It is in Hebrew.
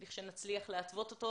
לכשנצליח להתוות אותו?